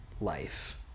life